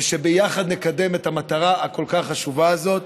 ושביחד נקדם את המטרה הכל-כך חשובה הזאת.